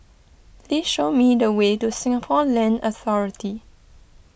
please show me the way to Singapore Land Authority